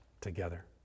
together